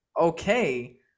okay